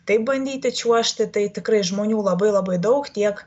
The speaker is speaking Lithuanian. taip bandyti čiuožti tai tikrai žmonių labai labai daug tiek